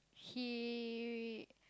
he